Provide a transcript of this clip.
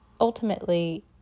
ultimately